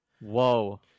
Whoa